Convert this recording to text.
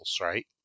right